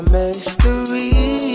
mystery